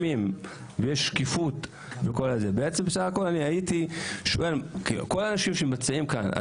מה הפתרון של האנשים שנמצאים כאן?